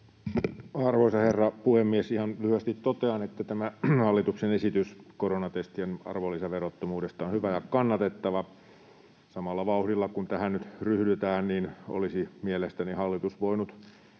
Arvoisa herra puhemies! Ihan lyhyesti totean, että tämä hallituksen esitys koronatestien arvonlisäverottomuudesta on hyvä ja kannatettava. Samalla vauhdilla, kun tähän nyt ryhdytään, olisi mielestäni hallitus voinut